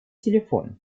телефон